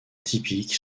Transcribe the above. typique